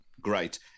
great